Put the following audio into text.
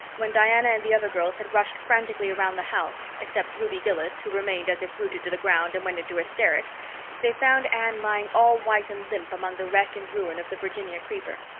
when diana and the other girls had rushed frantically around the house except ruby gillis, who remained as if rooted to the ground and went into hysterics they found anne lying all white and limp among the wreck and ruin of the virginia creeper.